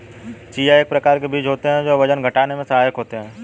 chia एक प्रकार के बीज होते हैं जो वजन घटाने में सहायक होते हैं